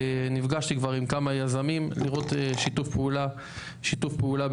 וגם נפגשתי כבר עם כמה יזמים לראות שיתוף פעולה בינינו.